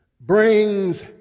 brings